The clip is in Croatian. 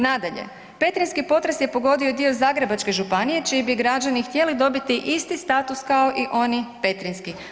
Nadalje, petrinjski potres je pogodio i dio Zagrebačke županije čiji bi građani htjeli dobiti isti status kao i oni petrinjski.